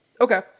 Okay